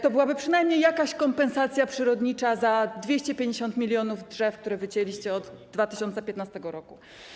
To byłaby przynajmniej jakaś kompensacja przyrodnicza za 250 mln drzew, które wycięliście od 2015 r.